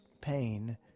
pain